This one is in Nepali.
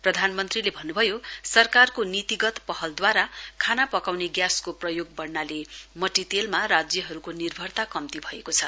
प्रधानमन्त्रीले भन्न्भयो सरकारको नीतिगत पहलद्वारा खाना पकाउने ग्यासको प्रयोग बढ्नाले मट्टीतेलमा राज्यहरूको निर्भरता कम्ती भएको छ